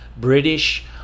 British